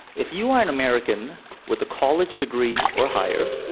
if you are an american with a college degree or higher,